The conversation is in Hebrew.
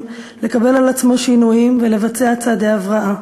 לקבל על עצמו שינויים ולבצע צעדי הבראה.